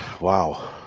Wow